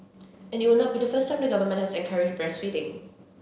and it would not be the first time the government has encouraged breastfeeding